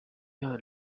are